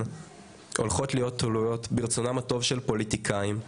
הולכות להיות תלויות ברצונם הטוב של פוליטיקאים,